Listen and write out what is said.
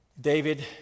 David